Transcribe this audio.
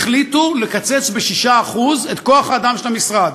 החליטו לקצץ ב-6% את כוח-האדם של המשרד.